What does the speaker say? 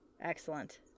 Excellent